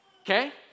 okay